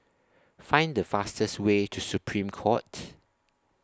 Find The fastest Way to Supreme Court